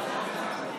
אפשר לדון בה תוך כדי.